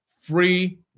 free